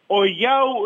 o jau